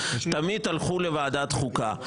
תמיד הלכו לוועדת החוקה.